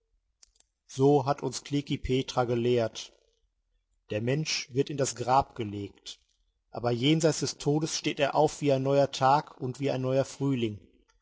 so hat uns klekih petra gelehrt der mensch wird in das grab gelegt aber jenseits des todes steht er auf wie ein neuer tag und wie ein neuer frühling